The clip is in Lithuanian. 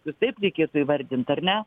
taip reikėtų įvardint ar ne